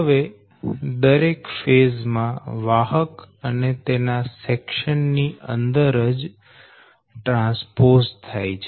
હવે દરેક ફેઝ માં વાહક તેના સેકશન ની અંદર જ ટ્રાન્સપોઝ થાય છે